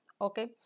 okay